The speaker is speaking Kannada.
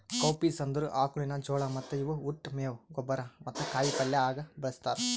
ಕೌಪೀಸ್ ಅಂದುರ್ ಆಕುಳಿನ ಜೋಳ ಮತ್ತ ಇವು ಉಟ್, ಮೇವು, ಗೊಬ್ಬರ ಮತ್ತ ಕಾಯಿ ಪಲ್ಯ ಆಗ ಬಳ್ಸತಾರ್